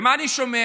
ומה אני שומע?